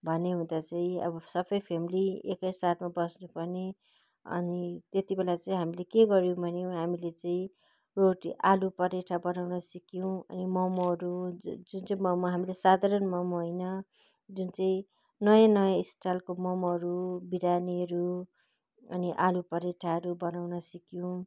भन्ने हुँदा चाहिँ अब सबै फेमिली एकै साथमा बस्नु पनि अनि त्यति बेला चाहिँ हामीले के गऱ्यौँ भने हामीले चाहिँ रोटी आलु पराठा बनाउन सिक्यौँ अनि मोमोहरू जुन चाहिँ मोमो हामीले साधारण मोमो होइन जुन चाहिँ नयाँ नयाँ स्टाइलको मोमोहरू बिरयानीहरू अनि आलु पराठाहरू बनाउन सिक्यौँ